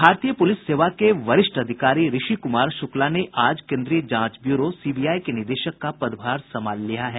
भारतीय पूलिस सेवा के वरिष्ठ अधिकारी रिषी कुमार शुक्ला ने आज केन्द्रीय जांच ब्यूरो सीबीआई के निदेशक का पदभार संभाल लिया है